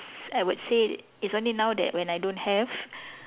I would say it's only now that when I don't have